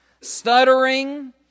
stuttering